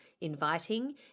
inviting